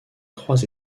trois